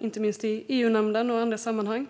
inte minst i EU-nämnden och i andra sammanhang.